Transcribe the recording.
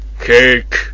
cake